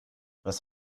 was